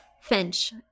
finch